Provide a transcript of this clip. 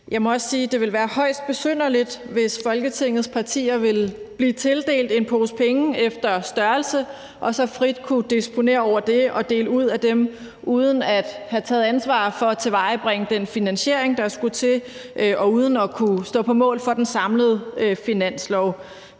Jeg må også sige, at det ville være højst besynderligt, hvis Folketingets partier ville blive tildelt en pose penge efter størrelse og så frit kunne disponere over den og dele ud af dem uden at have taget ansvar for at tilvejebringe den finansiering, der skulle til, og uden at kunne stå på mål for den samlede finanslov.